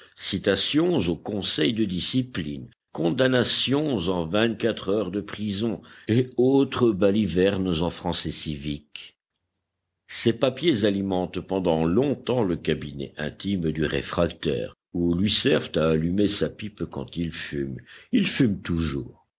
citations au conseil de discipline condamnations en vingt-quatre heures de prison et autres balivernes en français civique ces papiers alimentent pendant longtemps le cabinet intime du réfractaire ou lui servent à allumer sa pipe quand il fume il fume toujours